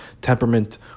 temperament